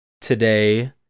Today